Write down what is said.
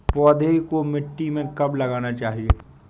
पौधें को मिट्टी में कब लगाना चाहिए?